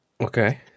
Okay